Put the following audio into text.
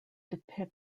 depict